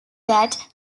that